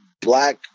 black